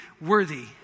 worthy